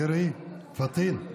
מירי, פטין,